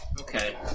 Okay